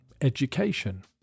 education